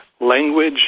language